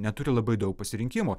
neturi labai daug pasirinkimo